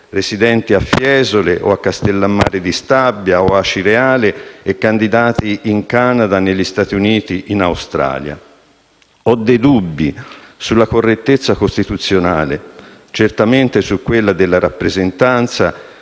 residenti a Fiesole, Castellammare di Stabia o ad Acireale e candidati in Canada, negli Stati Uniti o in Australia. Ho dubbi sulla correttezza costituzionale e certamente su quella della rappresentanza